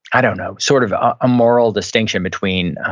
i don't know, sort of a moral distinction between,